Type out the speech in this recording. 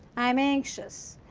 i'm anxious.